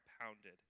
pounded